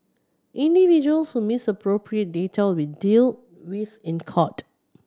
individuals who misappropriate data will be dealt with in court